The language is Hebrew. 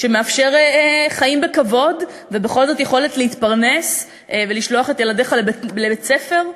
שמאפשר חיים בכבוד ובכל זאת יכולת להתפרנס ולשלוח את ילדיך לבית-ספר,